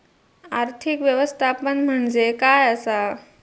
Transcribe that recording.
आर्थिक व्यवस्थापन म्हणजे काय असा?